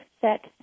set